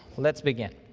let's begin.